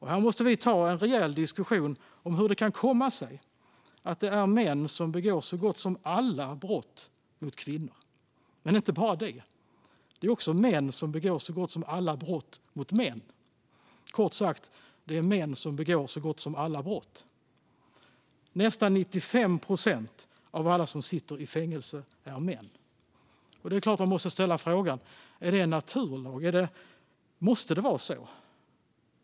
Här måste vi ta en rejäl diskussion om hur det kan komma sig att det är män som begår så gott som alla brott mot kvinnor. Men inte bara det, det är också män som begår så gott som alla brott mot män. Kort sagt: Det är män som begår så gott som alla brott. Nästan 95 procent av alla som sitter i fängelse är män. Det är klart att man måste ställa frågor om det. Är det en naturlag? Måste det vara så?